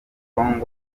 hong